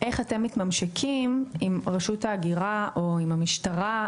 איך אתם מתממשקים עם רשות ההגירה או עם המשטרה?